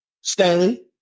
Stanley